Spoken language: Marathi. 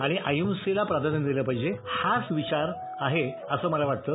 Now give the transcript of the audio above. आणि अहिंसेला प्राधान्य दिलं पाहिजे हाच विचार आहे असं मला वाटतं